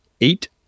eight